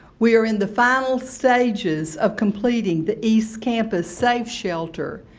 we are in the final stages of completing the east campus safe shelter.